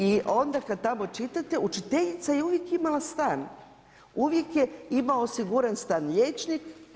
I onda kad tamo čitate učiteljica je uvijek imala stan, uvijek je imao osiguran stan liječnik.